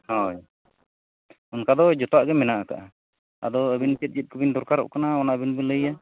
ᱦᱚᱭ ᱚᱱᱠᱟᱫᱚ ᱡᱚᱛᱚᱣᱟᱜᱮ ᱢᱮᱱᱟᱜ ᱟᱠᱟᱫᱟ ᱟᱫᱚ ᱟᱵᱤᱱ ᱪᱮᱫ ᱪᱮᱫᱠᱚᱵᱤᱱ ᱫᱚᱨᱠᱟᱨᱚᱜ ᱠᱟᱱᱟ ᱚᱱᱟ ᱟᱵᱤᱱᱵᱤᱱ ᱞᱟᱹᱭᱟ